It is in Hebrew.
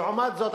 לעומת זאת,